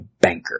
banker